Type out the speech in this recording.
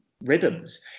rhythms